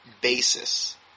basis